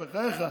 בחייך.